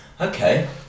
Okay